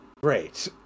great